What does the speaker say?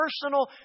personal